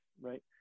right